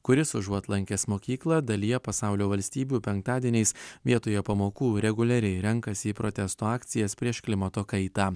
kuris užuot lankęs mokyklą dalyje pasaulio valstybių penktadieniais vietoje pamokų reguliariai renkasi į protesto akcijas prieš klimato kaitą